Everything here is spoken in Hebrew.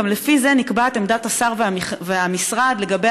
גם לפי זה נקבעת עמדת השר והמשרד לגבי